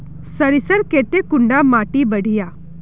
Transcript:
सरीसर केते कुंडा माटी बढ़िया?